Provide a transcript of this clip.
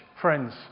friends